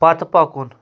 پتہٕ پکُن